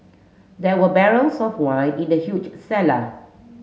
there were barrels of wine in the huge cellar